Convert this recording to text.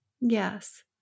yes